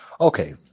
Okay